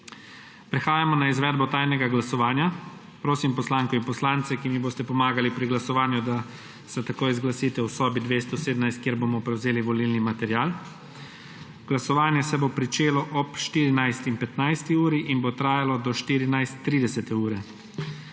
Prehajamo na izvedbo tajnega glasovanja. Prosim poslanke in poslance, ki mi boste pomagali pri glasovanju, da se takoj zglasite v sobi 217, kjer bomo prevzeli volilni material. Glasovanje se bo začelo ob 14.15 in bo trajalo do 14.30.